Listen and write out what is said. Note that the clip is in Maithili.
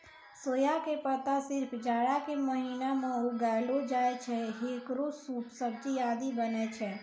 सोया के पत्ता सिर्फ जाड़ा के महीना मॅ उगैलो जाय छै, हेकरो सूप, सब्जी आदि बनै छै